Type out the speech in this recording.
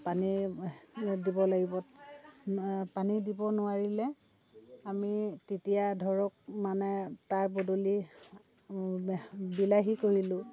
পানী দিব লাগিব পানী দিব নোৱাৰিলে আমি তেতিয়া ধৰক মানে তাৰ বদলি বিলাহী কৰিলোঁ